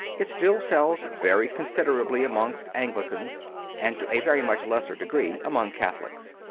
it still sells very considerably amongst anglicans and, to a very much lesser degree, among catholics.